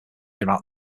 about